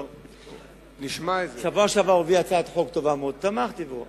הוא הביא הצעת חוק טובה מאוד, תמכתי בו.